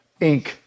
Inc